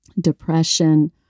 depression